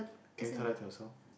can you tell that to yourself